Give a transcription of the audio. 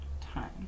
time